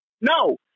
No